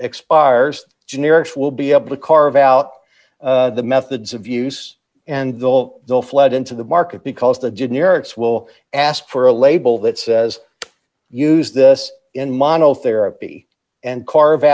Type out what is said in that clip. expires generics will be able to carve out the methods of use and they'll they'll flood into the market because the generics will ask for a label that says use this in model therapy and carve